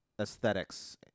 aesthetics